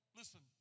listen